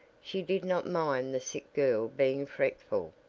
she did not mind the sick girl being fretful,